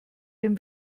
dem